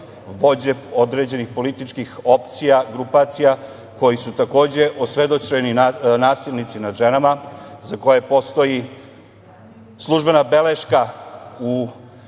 vođe određenih političkih opcija, grupacija, koji su takođe osvedočeni nasilnici nad ženama, za koje postoji službena beleška u